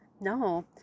No